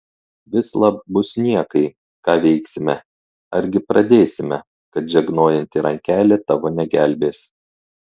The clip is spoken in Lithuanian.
vislab bus niekai ką veiksime argi pradėsime kad žegnojanti rankelė tavo negelbės